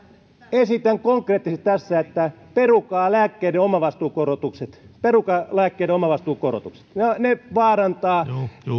esitän konkreettisesti tässä että perukaa lääkkeiden omavastuukorotukset perukaa lääkkeiden omavastuukorotukset ne vaarantavat